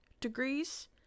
degrees